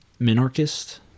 minarchist